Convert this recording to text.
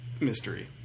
mystery